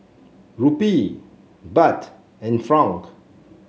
Rupee Baht and franc